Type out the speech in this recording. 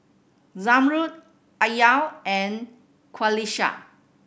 Zamrud Alya and Qalisha